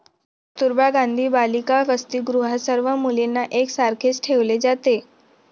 कस्तुरबा गांधी बालिका वसतिगृहात सर्व मुलींना एक सारखेच ठेवले जाते